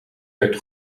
werd